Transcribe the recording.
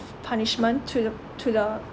punishment to the to the